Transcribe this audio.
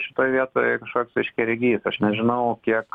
šitoj vietoj kažkoks aiškiaregys aš nežinau kiek